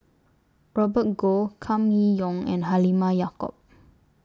Robert Goh Kam Kee Yong and Halimah Yacob